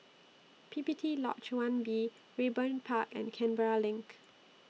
P P T Lodge one B Raeburn Park and Canberra LINK